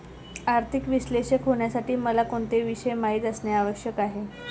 आर्थिक विश्लेषक होण्यासाठी मला कोणते विषय माहित असणे आवश्यक आहे?